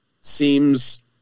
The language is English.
seems